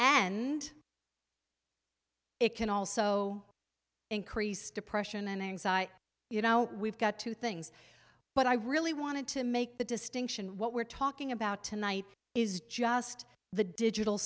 and it can also increase depression and anxiety you know we've got two things but i really wanted to make the distinction what we're talking about tonight is just the digital